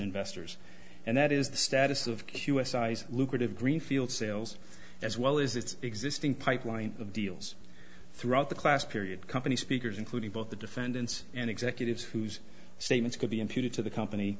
investors and that is the status of u s i's lucrative greenfield sales as well as its existing pipeline of deals throughout the class period company speakers including both the defendants and executives whose statements could be imputed to the company